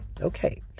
Okay